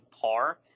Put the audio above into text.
par